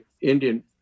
Indian